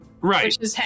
right